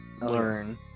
learn